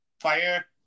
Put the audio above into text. Fire